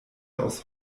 aus